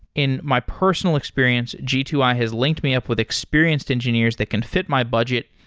in my personal experience, g two i has linked me up with experienced engineers that can fit my budget,